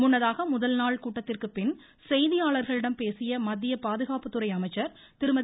முன்னதாக முதல் நாள் கூட்டத்திற்கு பின் செய்தியாளர்களிடம் பேசிய மத்திய பாதுகாப்புத்துறை அமைச்சர் திருமதி